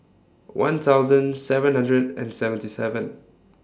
one thousand seven hundred and seventy seven